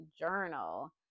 journal